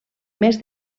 més